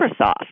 Microsoft